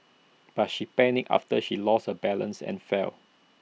but she panicked after she lost her balance and fell